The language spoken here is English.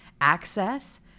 Access